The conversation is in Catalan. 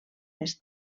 més